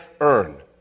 earn